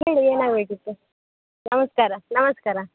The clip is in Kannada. ಹೇಳಿ ಏನಾಗಬೇಕಿತ್ತು ನಮಸ್ಕಾರ ನಮಸ್ಕಾರ